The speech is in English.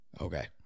Okay